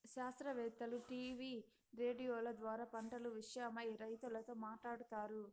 శాస్త్రవేత్తలు టీవీ రేడియోల ద్వారా పంటల విషయమై రైతులతో మాట్లాడుతారు